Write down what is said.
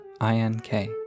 I-N-K